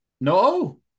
No